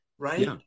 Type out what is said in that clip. Right